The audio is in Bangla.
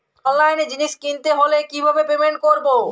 অনলাইনে জিনিস কিনতে হলে কিভাবে পেমেন্ট করবো?